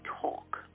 talk